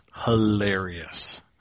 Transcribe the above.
hilarious